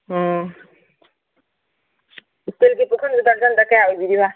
ꯑꯣ ꯏꯁꯇꯤꯜꯒꯤ ꯄꯨꯈꯝꯗꯨ ꯗꯔꯖꯟꯗ ꯀꯌꯥ ꯑꯣꯏꯕꯤꯗꯣꯏꯕ